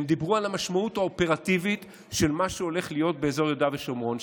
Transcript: הם דיברו על המשמעות האופרטיבית של מה שהולך להיות באזור יהודה ושומרון.